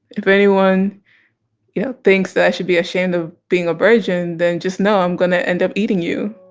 if anyone you know thinks that i should be ashamed of being a virgin then just know i'm going to end up eating you!